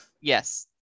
Yes